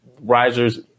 risers